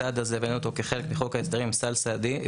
את הצעד הזה הבאנו כחלק מחוק ההסדרים עם סל צעדים.